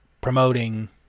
promoting